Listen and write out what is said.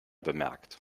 bemerkt